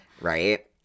Right